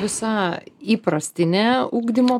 visa įprastinė ugdymo